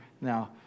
Now